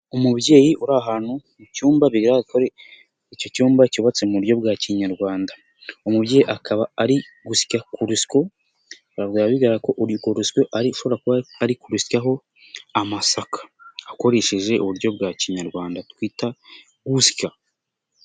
Umubyeyi uri ahantu mu cyumba bigaragara ko ari ahantu icyo cyumba cyubatse mu buryo bwa kinyarwanda umubyeyi akaba ari gusya ku rusyo bigaragara ko urwo rusyo ari ushobora kuba ari kurusyaho amasaka akoresheje uburyo bwa kinyarwanda twita gusya.